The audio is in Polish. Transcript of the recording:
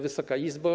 Wysoka Izbo!